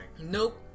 Nope